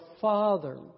father